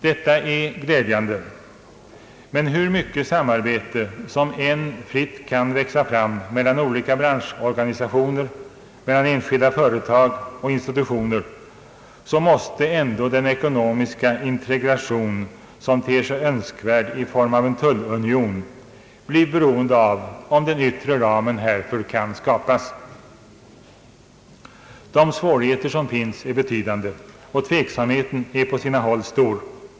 Detta är glädjande, men hur mycket samarbete som än fritt kan växa fram mellan olika branschorganisationer, mellan enskilda företag och institutioner måste ändå den önskvärda ekonomiska integrationen i form av en tullunion bli beroende av om den yttre ramen härför kan skapas. De svårigheter som finns är betydande, och tveksamheten är på sina håll stor.